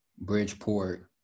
Bridgeport